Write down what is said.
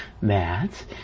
Matt